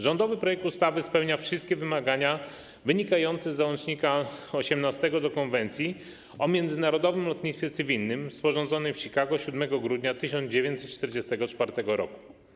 Rządowy projekt ustawy spełnia wszystkie wymagania wynikające z załącznika nr 18 do Konwencji o międzynarodowym lotnictwie cywilnym, sporządzonej w Chicago 7 grudnia 1944 r.